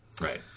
Right